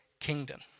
kingdom